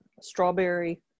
strawberry